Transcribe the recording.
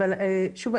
אבל שוב,